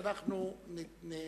כדאי לשקול שאנחנו באמת